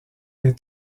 des